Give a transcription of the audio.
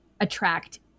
attract